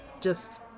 Just-